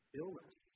illness